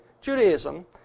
Judaism